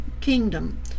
kingdom